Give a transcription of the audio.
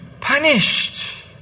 punished